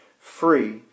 free